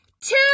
two